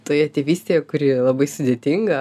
toje tėvystėje kuri labai sudėtinga